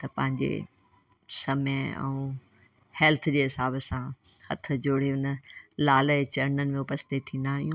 त पंहिंजे समय ऐं हेल्थ जे हिसाब सां हथ जोड़े उन लाल जे चरणनि में उपस्थित थींदा आहियूं